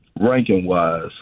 ranking-wise